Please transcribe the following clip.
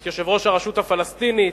את יושב-ראש הרשות הפלסטינית,